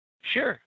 Sure